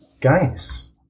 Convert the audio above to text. guys